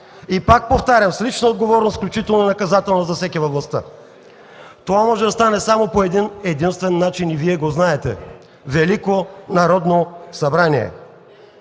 И, пак повтарям, с лична отговорност, включително наказателна, за всеки във властта. Това може да стане по един-единствен начин и Вие го знаете: Велико Народно събрание!